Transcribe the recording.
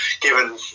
given